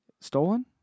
stolen